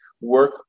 work